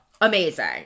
Amazing